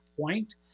point